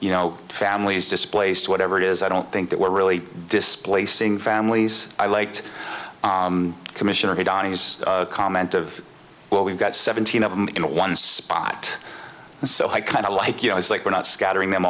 you know families displaced whatever it is i don't think that we're really displacing families i liked commissioner he donny's comment of well we've got seventeen of them in one spot so i kind of like you know it's like we're not scattering them